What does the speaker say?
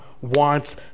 wants